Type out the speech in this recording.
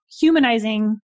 humanizing